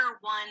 one